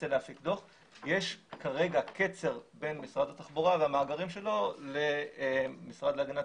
זה להפיק דוח ויש כרגע קצר בין משרד התחבורה והמאגרים שלו למשרד להגנת